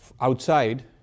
outside